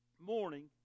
morning